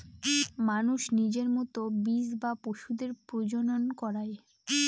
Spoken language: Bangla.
মানুষ নিজের মতো বীজ বা পশুদের প্রজনন করায়